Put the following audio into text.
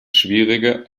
schwierige